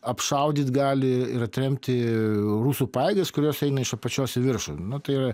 apšaudyt gali ir atremti rusų pajėgas kurios eina iš apačios į viršų nu tai yra